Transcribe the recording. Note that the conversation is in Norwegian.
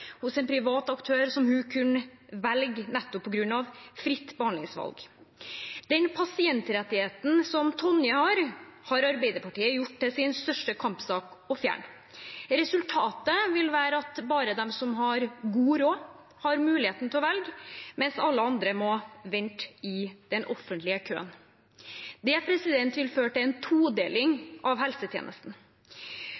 hos en privat aktør, som hun kunne velge nettopp på grunn av fritt behandlingsvalg. Den pasientrettigheten som Tonje har, har Arbeiderpartiet gjort til sin største kampsak å fjerne. Resultatet vil være at bare de som har god råd, har muligheten til å velge, mens alle andre må vente i den offentlige køen. Det vil føre til en todeling